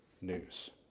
news